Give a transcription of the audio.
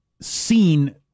seen